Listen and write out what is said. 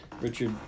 Richard